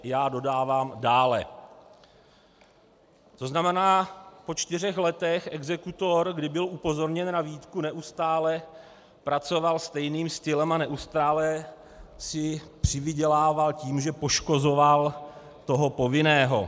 Já dodávám dále, to znamená, po čtyřech letech exekutor, kdy byl upozorněn na výtku, neustále pracoval stejným stylem a neustále si přivydělával tím, že poškozoval toho povinného.